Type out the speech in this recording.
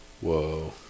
Whoa